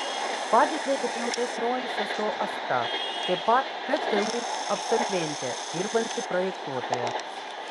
padeda ir jaunesnioji sesuo asta taip pat ktu absolventė dirbanti projektuotoja